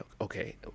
okay